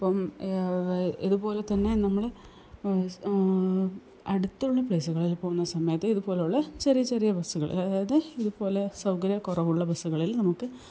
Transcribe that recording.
അപ്പോള് ഇത്പോലെതന്നെ നമ്മള് അടുത്തുള്ള പ്ലെയിസുകളിൽ പോകുന്ന സമയത്ത് ഇതുപോലുള്ള ചെറിയ ചെറിയ ബസ്സുകൾ അതായത് ഇതുപോലെ സൗകര്യക്കുറവുള്ള ബസ്സുകളിൽ നമുക്ക്